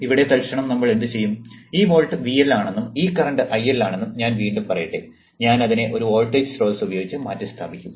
ഇവിടെ തൽക്ഷണം നമ്മൾ എന്തുചെയ്യും ഈ വോൾട്ട് VL ആണെന്നും ഈ കറന്റ് IL ആണെന്നും ഞാൻ വീണ്ടും പറയട്ടെ ഞാൻ അതിനെ ഒരു വോൾട്ടേജ് സ്രോതസ്സു ഉപയോഗിച്ച് മാറ്റിസ്ഥാപിക്കും